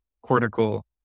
cortical